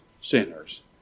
sinners